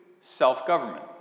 self-government